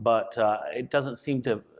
but it doesn't seem to,